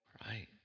Right